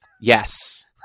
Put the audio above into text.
Yes